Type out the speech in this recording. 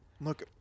Look